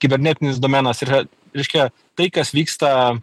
kibernetinis domenas yra reiškia tai kas vyksta